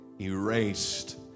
erased